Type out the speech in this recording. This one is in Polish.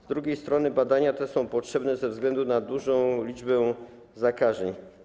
Z drugiej strony badania te są potrzebne ze względu na dużą liczbę zakażeń.